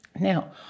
Now